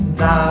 now